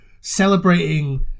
celebrating